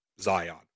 Zion